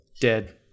dead